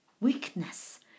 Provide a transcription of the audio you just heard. weakness